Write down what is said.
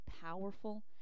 powerful